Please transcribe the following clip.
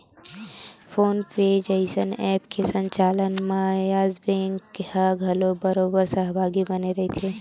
phone पे जइसन app के संचालन म यस बेंक ह घलोक बरोबर सहभागी बने होय रहिथे